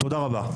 תודה רבה.